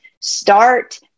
start